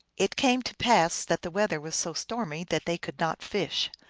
it came to pass that the weather was so stormy that they could not fish.